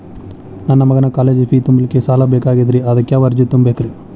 ನನ್ನ ಮಗನ college fee ತುಂಬಲಿಕ್ಕೆ ಸಾಲ ಬೇಕಾಗೆದ್ರಿ ಅದಕ್ಯಾವ ಅರ್ಜಿ ತುಂಬೇಕ್ರಿ?